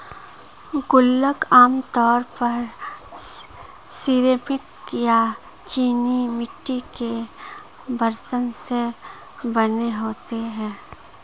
गुल्लक आमतौर पर सिरेमिक या चीनी मिट्टी के बरतन से बने होते हैं